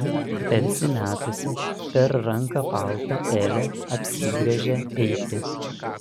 persimetusi per ranką paltą elė apsigręžia eiti